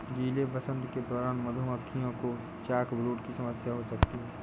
गीले वसंत के दौरान मधुमक्खियों को चॉकब्रूड की समस्या हो सकती है